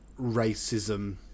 racism